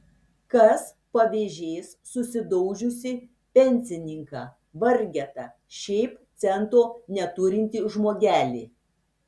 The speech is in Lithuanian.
kas pavėžės susidaužiusį pensininką vargetą šiaip cento neturintį žmogelį